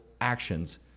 actions